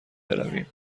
برویم